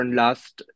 last